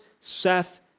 Seth